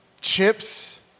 chips